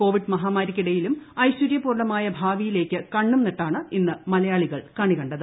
Covid മഹാമാരിക്കിടയിലും ഐശ്വരൃപൂർണമായ ഭാവിയിലേക്ക് കണ്ണുംനട്ടാണ് ഇന്ന് മലയാളികൾ കണികണ്ടത്